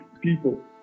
people